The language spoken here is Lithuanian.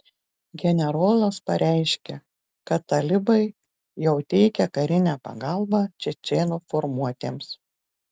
generolas pareiškė kad talibai jau teikia karinę pagalbą čečėnų formuotėms